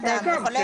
כן, לבקשת האדם.